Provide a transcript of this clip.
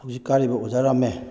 ꯍꯧꯖꯤꯛ ꯀꯥꯔꯤꯕ ꯑꯣꯖꯥ ꯔꯥꯃꯦ